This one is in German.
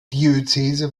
diözese